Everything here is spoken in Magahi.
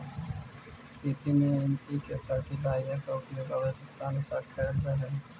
खेती में एन.पी.के फर्टिलाइजर का उपयोग आवश्यकतानुसार करल जा हई